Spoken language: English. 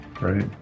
Right